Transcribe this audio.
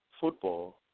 football